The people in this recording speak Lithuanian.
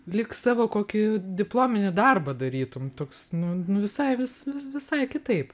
lyg savo kokį diplominį darbą darytum toks nu nu visai vis visai kitaip